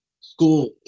school